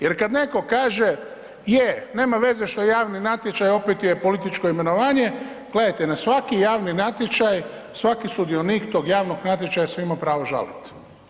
Jer kad netko kaže, je nema veze što je javni natječaj opet je političko imenovanje, gledajte na svaki javni natječaj, svaki sudionik tog javnog natječaja se ima pravo žaliti.